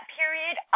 period